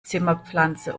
zimmerpflanze